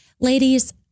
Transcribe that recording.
ladies